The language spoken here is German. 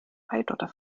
eidotter